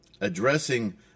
addressing